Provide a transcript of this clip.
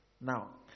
Now